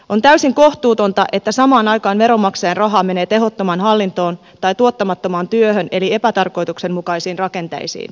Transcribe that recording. on täysin kohtuutonta että samaan aikaan veronmaksajien rahaa menee tehottomaan hallintoon tai tuottamattomaan työhön eli epätarkoituksenmukaisiin rakenteisiin